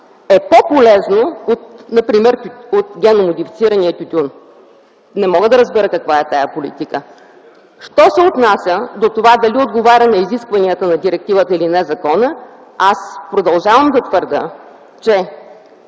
е по-полезно например от генно модифицирания тютюн? Не мога да разбера каква е тая политика. Що се отнася до това дали отговаря на изискванията на директивата или не законът, аз продължавам да твърдя, че